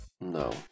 no